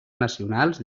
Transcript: nacionals